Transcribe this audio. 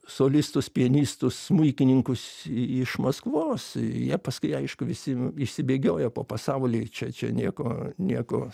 solistus pianistus smuikininkus iš maskvos jie paskui aišku visi išsibėgiojo po pasaulį čia čia nieko nieko